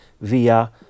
via